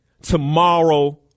tomorrow